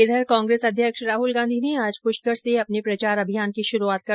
इधर कांग्रेस अध्यक्ष राहुल गांधी ने आज पुष्कर से अपने प्रचार अभियान की शुरूआत की